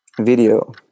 Video